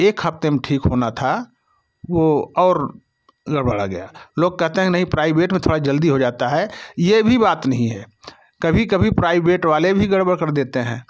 एक हफ्ते में ठीक होना था वो और गड़बड़ा गया लोग कहते नहीं प्राइवेट में थोड़ा जल्दी हो जाता है ये भी बाद नहीं है कभी कभी प्राइवेट वाले भी गड़बड़ कर देते हैं